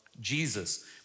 Jesus